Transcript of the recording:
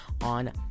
on